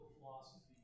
philosophy